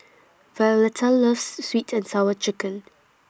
Violeta loves Sweet and Sour Chicken